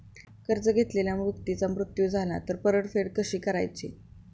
कर्ज घेतलेल्या व्यक्तीचा मृत्यू झाला तर परतफेड कशी करायची?